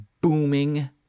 booming